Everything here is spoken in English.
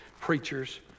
preachers